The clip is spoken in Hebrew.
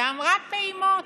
ואמרה פעימות.